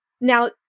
now